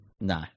No